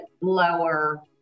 lower